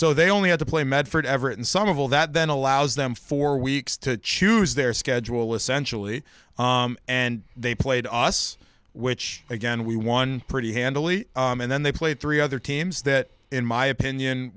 so they only had to play medford everett and some of all that then allows them four weeks to choose their schedule essentially and they played us which again we won pretty handily and then they played three other teams that in my opinion